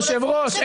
היושב ראש,